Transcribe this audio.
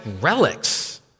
relics